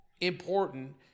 important